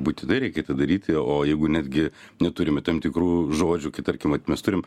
būtinai reikia tą daryti o jeigu netgi neturime tam tikrų žodžių kai tarkim vat mes turim